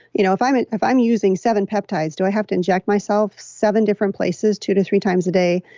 you know if i'm if i'm using seven peptides, do i have to inject myself seven different places two to three times a day?